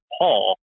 Paul